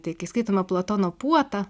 tai kai skaitome platono puotą